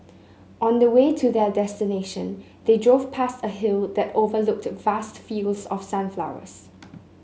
on the way to their destination they drove past a hill that overlooked vast fields of sunflowers